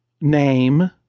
name